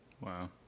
Wow